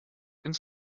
ins